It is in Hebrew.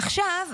עכשיו,